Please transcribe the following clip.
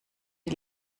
die